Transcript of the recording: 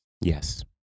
Yes